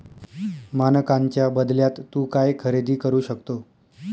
मानकांच्या बदल्यात तू काय खरेदी करू शकतो?